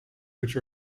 which